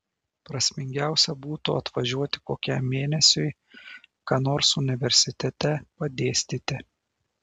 prasmingiausia būtų atvažiuoti kokiam mėnesiui ką nors universitete padėstyti